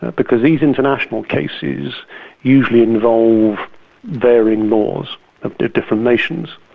because these international cases usually involve varying laws of different nations,